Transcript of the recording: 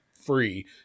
free